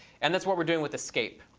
and that's what we're doing with escape.